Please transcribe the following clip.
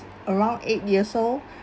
around eight years old